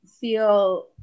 feel